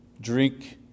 drink